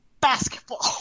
basketball